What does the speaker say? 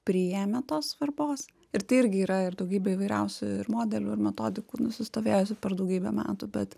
priėmę tos svarbos ir tai irgi yra ir daugybė įvairiausių ir modelių ir metodikų nusistovėjusių per daugybę metų bet